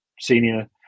senior